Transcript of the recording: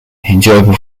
enjoyable